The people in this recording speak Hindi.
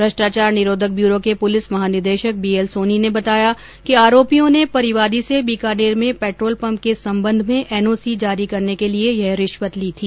भ्रष्टाचार निरोधक ब्यूरो के पुलिस महानिदेशक बी एल सोनी ने बताया कि आरोपियों ने परिवादी से बीकानेर में पेट्रोल पंप के संबंध में एनओसी जारी करने के लिए यह रिश्वत ली थी